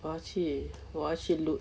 我要去我要去 loop